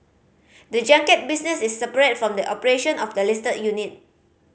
the junket business is separate from the operation of the listed unit